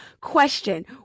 Question